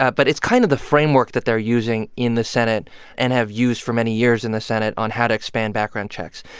but it's kind of the framework that they're using in the senate and have used for many years in the senate on how to expand background checks.